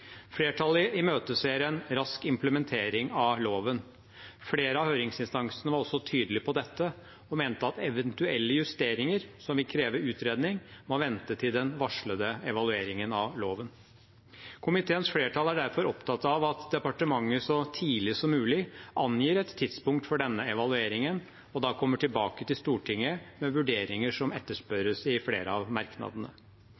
Flertallet imøteser en rask implementering av loven. Flere av høringsinstansene var også tydelige på dette og mente at eventuelle justeringer som vil kreve utredning, må vente til den varslede evalueringen av loven. Komiteens flertall er derfor opptatt av at departementet så tidlig som mulig angir et tidspunkt for denne evalueringen og da kommer tilbake til Stortinget med vurderinger, som